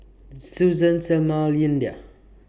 Suzan Selmer Lyndia